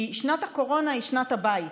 כי שנת הקורונה היא שנת הבית,